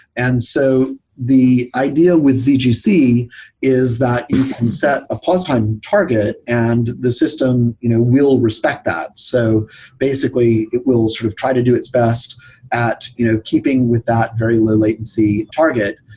and so the idea with zgc zgc is that you can set a plus time target and the system you know will respect that. so basically it will sort of try to do its best at you know keeping with that very low latency target,